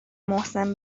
محسن